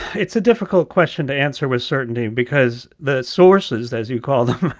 it's a difficult question to answer with certainty because the sources, as you call them,